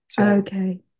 Okay